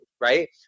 right